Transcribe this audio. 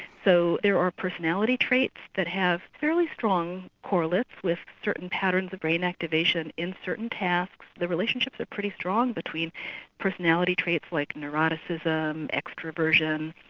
so there are personality traits that have fairly strong correlates with certain patterns of brain activation in certain tasks, the relationships are pretty strong between personality traits like neroticism, extroversion,